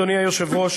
אדוני היושב-ראש,